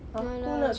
ya lah